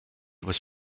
was